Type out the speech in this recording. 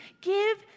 give